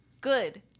Good